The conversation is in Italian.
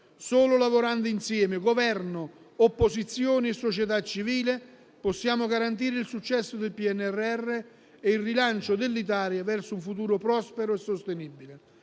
Solo lavorando insieme, Governo, opposizione e società civile, possiamo garantire il successo del PNRR e il rilancio dell'Italia verso un futuro prospero e sostenibile.